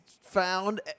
found